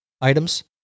items